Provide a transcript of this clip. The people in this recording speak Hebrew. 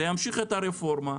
זה ימשיך את הרפורמה,